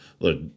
Look